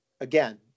again